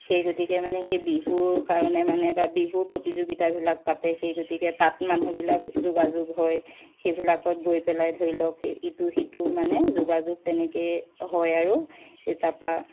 সেই গতিকে মানে সেই বিহুৰ কাৰণে এটা বিহুৰ প্ৰতিযোগিতাবিলাক পাতে সেই গতিকে তাত মানুহবিলাক যোগাযোগ হয় সেইবিলাকত গৈ পেলাই ধৰি লওক ইটো সিটোৰ মানে যোগাযোগ তেনেকৈ হয় আৰু তাপা